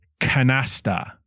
canasta